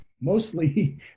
mostly